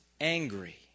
angry